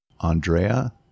Andrea